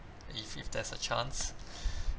if if there's a chance